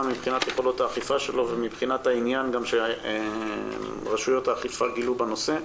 מבחינת יכולות האכיפה שלו ומבחינת העניין שרשויות האכיפה גילו בנושא.